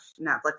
Netflix